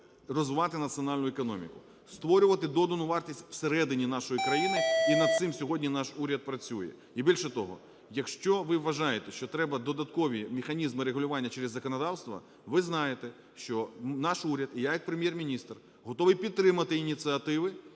розвивати національну економіку, створювати додану вартість всередині нашої країни. І над цим сьогодні наш уряд працює. І, більше того, якщо ви вважаєте, що треба додаткові механізми регулювання через законодавство, ви знаєте, що наш уряд і я як Прем’єр-міністр готові підтримати ініціативи,